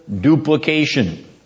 duplication